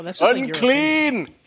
Unclean